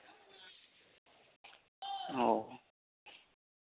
ᱚ